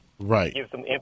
Right